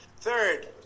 Third